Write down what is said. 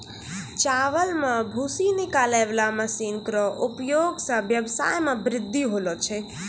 चावल सें भूसी निकालै वाला मसीन केरो उपयोग सें ब्यबसाय म बृद्धि होलो छै